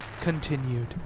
continued